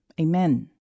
amen